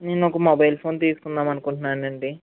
నేను ఒక mobile phone తీసుకుందామనుకుంటున్నానండి